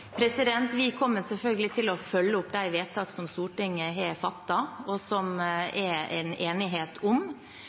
Vi kommer selvfølgelig til å følge opp de vedtak som Stortinget har fattet, og som det er en enighet om.